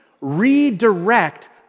redirect